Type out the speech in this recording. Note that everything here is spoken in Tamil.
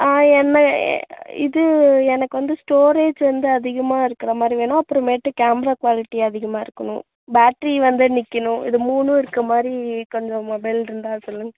ஆ என்ன இது எனக்கு வந்து ஸ்டோரேஜ் வந்து அதிகமாக இருக்கிற மாதிரி வேணும் அப்புறமேட்டு கேமரா குவாலிட்டி அதிகமாக இருக்கணும் பேட்ரி வந்து நிக்கணும் இது மூணும் இருக்க மாதிரி கொஞ்சம் மொபைல் இருந்தால் சொல்லுங்கள்